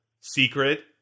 secret